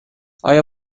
آنها